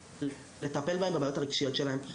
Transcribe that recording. לטפל בהם בבעיות הרגשיות שלהם,